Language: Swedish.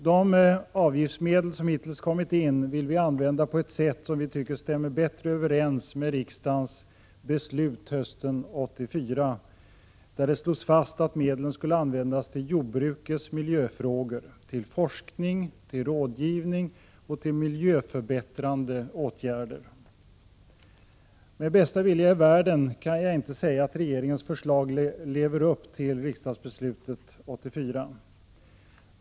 De avgiftsmedel som hittills kommit in vill vi använda på ett sätt som vi tycker stämmer bättre överens med riksdagens beslut hösten 1984, där det slogs fast att medlen skulle användas till jordbrukets miljöfrågor, till 83 forskning, rådgivning och till miljöförbättrande åtgärder. Med bästa vilja i världen kan jag inte säga att regeringens förslag lever upp till riksdagsbeslutet 1984.